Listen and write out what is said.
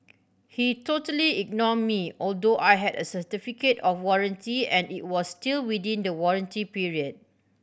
he totally ignored me although I had a certificate of warranty and it was still within the warranty period